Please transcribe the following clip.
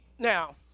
Now